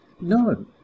No